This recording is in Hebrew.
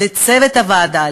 לצוות הוועדה,